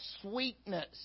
sweetness